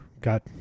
got